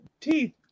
teeth